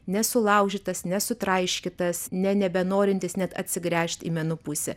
nesulaužytas nesutraiškytas ne nebenorintis net atsigręžt į menų pusę